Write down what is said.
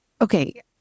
Okay